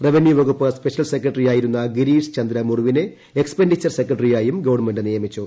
revenue വകുപ്പ് special സെക്രട്ടറിയാ യിരുന്ന ഗിരീഷ് ചന്ദ്ര മുർവിനെ എക്സ്പൻഡിച്ചർ സെക്രട്ടറി യായും ഗവൺമെന്റ് നിയമിച്ചു